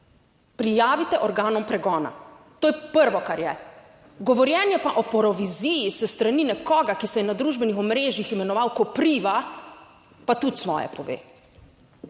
prijavite organom pregona. To je prvo, kar je. Govorjenje pa o proviziji s strani nekoga, ki se je na družbenih omrežjih imenoval Kopriva pa tudi svoje pove.